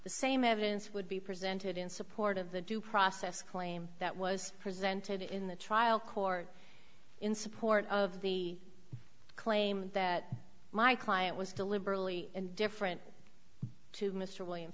the same evidence would be presented in support of the due process claim that was presented in the trial court in support of the claim that my client was deliberately indifferent to mr william